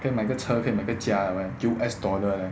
可以买个车可以买个家 U_S dollar leh